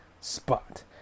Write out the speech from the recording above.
spot